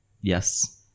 yes